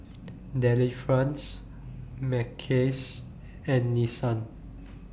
Delifrance Mackays and Nissan